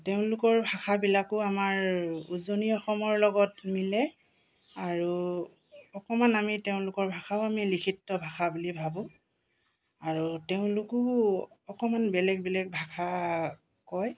তেওঁলোকৰ ভাষাবিলাকো আমাৰ উজনি অসমৰ লগত মিলে আৰু অকণমান আমি তেওঁলোকৰ ভাষাও আমি লিখিত ভাষা বুলি ভাবোঁ আৰু তেওঁলোকো অকণমান বেলেগ বেলেগ ভাষা কয়